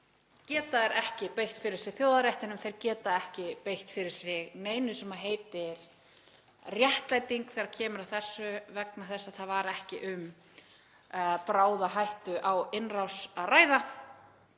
geta þeir ekki beitt fyrir sig þjóðaréttinum. Þeir geta ekki beitt fyrir sig neinu sem heitir réttlæting þegar kemur að þessu vegna þess að það var ekki um bráða hættu á innrás að ræða.